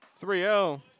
3-0